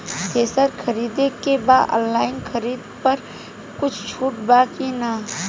Thresher खरीदे के बा ऑनलाइन खरीद पर कुछ छूट बा कि न?